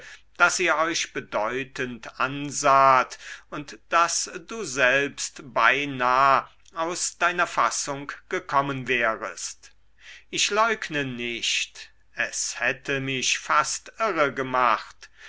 daß ihr euch bedeutend ansaht und daß du selbst beinah aus deiner fassung gekommen wärest ich leugne nicht es hätte mich fast irre gemacht